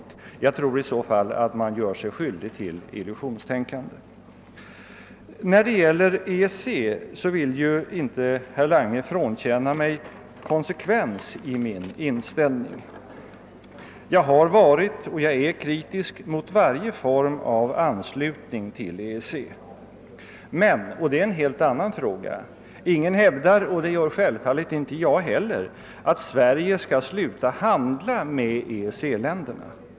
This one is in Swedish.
Jag tror att man om man gör något av de senare ställningstagandena gör sig skyldig till illusionstänkande. När det gäller EEC ville ju herr Lange inte frånkänna mig konsekvens i min inställning. Jag har varit och är kritisk mot varje form av anslutning till EEC. Men — och det är en helt annan fråga — ingen hävdar, och självfallet gör inte heller jag det, att Sverige skulle sluta handla med EEC-länderna.